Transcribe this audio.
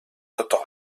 tothom